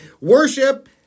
Worship